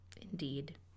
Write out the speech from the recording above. indeed